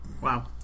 Wow